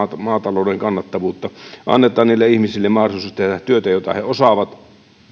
maatalouden kannattavuutta annetaan niille ihmisille mahdollisuus tehdä työtä jota he osaavat